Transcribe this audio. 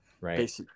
right